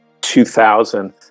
2000